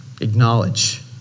acknowledge